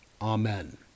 Amen